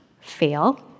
fail